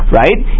right